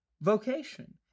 vocation